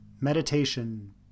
meditation